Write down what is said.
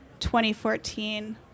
2014